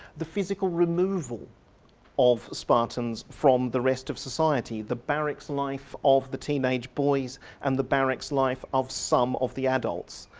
the physical removal of spartans from the rest of society, the barracks life of the teenage boys and the barracks life of some of the adults.